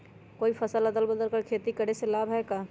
कोई फसल अदल बदल कर के खेती करे से लाभ है का?